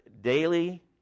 daily